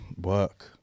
work